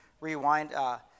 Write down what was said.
rewind